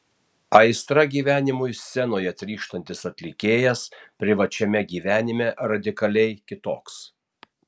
aistra gyvenimui scenoje trykštantis atlikėjas privačiame gyvenime radikaliai kitoks